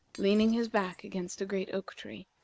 leaning his back against a great oak-tree.